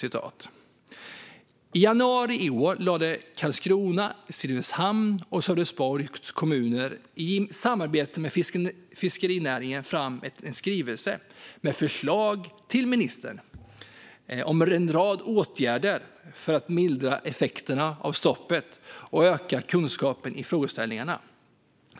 I januari i år lade kommunerna Karlskrona, Simrishamn och Sölvesborg i samarbete med fiskerinäringen fram en skrivelse med föreslag till ministern om en rad åtgärder för att mildra effekterna av stoppet och öka kunskapen i frågeställningarna.